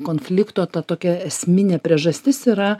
konflikto ta tokia esminė priežastis yra